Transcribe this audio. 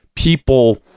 People